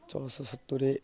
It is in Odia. ଛଅଶହ ସତୁରୀ